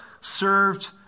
served